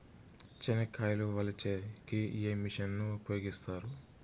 చెనక్కాయలు వలచే కి ఏ మిషన్ ను ఉపయోగిస్తారు?